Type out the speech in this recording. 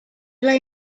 lay